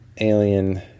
alien